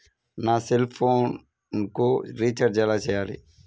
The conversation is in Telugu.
నా సెల్ఫోన్కు రీచార్జ్ ఎలా చేయాలి?